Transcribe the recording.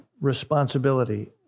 responsibility